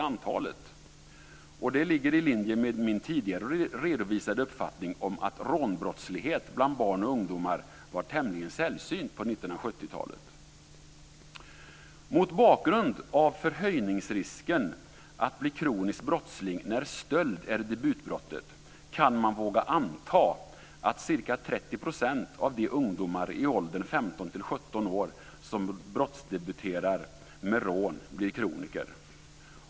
Det ligger i linje med min tidigare redovisade uppfattning att rånbrottslighet bland barn och ungdomar var tämligen sällsynt på Mot bakgrund av förhöjningsrisken att bli kronisk brottsling när stöld är debutbrottet kan man våga anta att ca 30 % av de ungdomar i åldern 15-17 år som brottsdebuterar med rån blir kroniker.